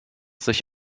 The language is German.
sich